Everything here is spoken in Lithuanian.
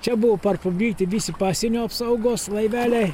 čia buvo parplukdyti visi pasienio apsaugos laiveliai